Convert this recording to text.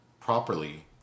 Properly